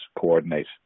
coordinate